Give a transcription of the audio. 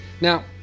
Now